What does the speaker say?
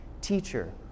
Teacher